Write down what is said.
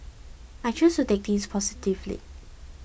I choose to take things positively